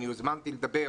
אליו הוזמנתי לדבר,